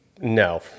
no